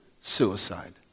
suicide